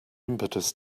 impetus